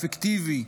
אפקטיבי,